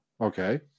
Okay